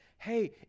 Hey